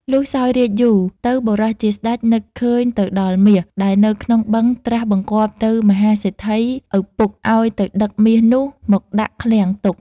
លុះសោយរាជ្យយូរ ទៅបុរសជាស្តេចនឹកឃើញទៅដល់មាស ដែលនៅក្នុងបឹងត្រាស់បង្គាប់ទៅមហាសេដ្ឋី ឪពុកអោយទៅដឹកមាសនោះមកដាក់ឃ្លាំងទុក ។